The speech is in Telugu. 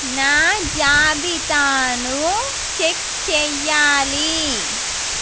నా జాబితాను చెక్ చేయాలి